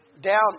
down